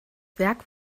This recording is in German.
werk